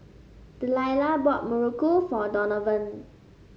Delilah bought Muruku for Donovan